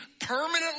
permanently